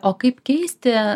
o kaip keisti